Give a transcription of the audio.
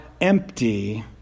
empty